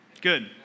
Good